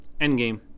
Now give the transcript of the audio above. Endgame